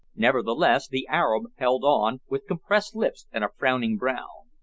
nevertheless the arab held on, with compressed lips and a frowning brow.